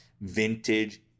vintage